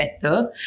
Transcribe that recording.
better